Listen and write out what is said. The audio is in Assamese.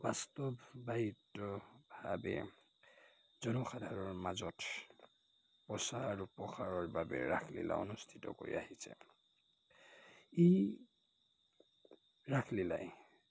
বাস্তৱবাহিতভাৱে জনসাধাৰণৰ মাজত প্ৰচাৰ আৰু প্ৰসাৰৰ বাবে ৰাসলীলা অনুষ্ঠিত কৰি আহিছে ই ৰাসলীলাই